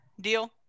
deal